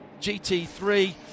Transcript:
GT3